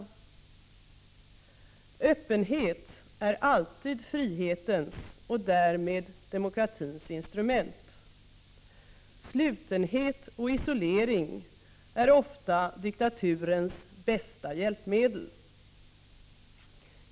Öppenhet är alltid frihetens och därmed demokratins instrument. Slutenhet och isolering är ofta diktaturens bästa hjälpmedel.